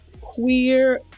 queer